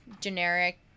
generic